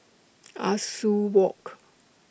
Ah Soo Walk